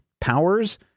powers